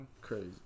crazy